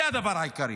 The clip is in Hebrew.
זה הדבר העיקרי.